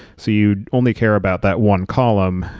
so, you only care about that one column.